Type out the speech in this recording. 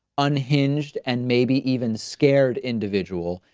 unhinged, and maybe even scared individual.